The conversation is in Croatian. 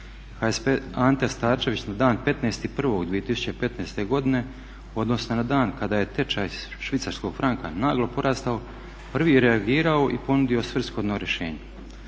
HSP Ante Starčević na dan 15.1.2015.godine odnosno na dan kada je tečaj švicarskog franka naglo porastao prvi je reagirao i ponudio svrsishodno rješenje.